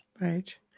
right